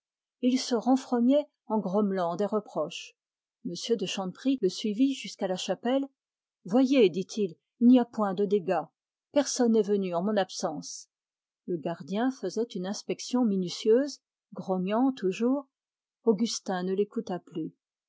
et il grommelait des reproches m de chanteprie le suivit jusqu'à la chapelle voyez dit-il il n'y a point de dégâts personne n'est venu en mon absence le gardien faisait une inspection minutieuse grognant toujours augustin ne l'écouta plus